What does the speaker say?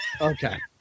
Okay